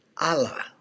Allah